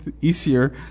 easier